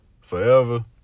forever